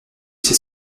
sais